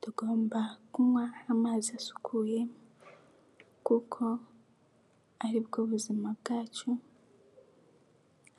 Tugomba kunywa amazi asukuye kuko ari bwo buzima bwacu